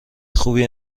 خوبی